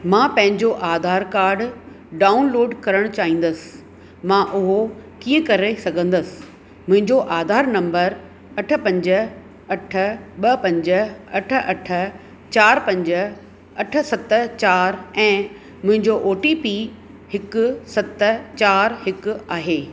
मां पंहिंजो Aadhaar card download करणु चाहींदसि मां उहो कीअं करे सघंदसि मुंहिंजो आधार नंबर अठ पंज अठ ॿ पंज अठ अठ चारि पंज अठ सत चारि ऐं मुंहिंजो ओ टी पी हिकु सत चारि हिकु आहे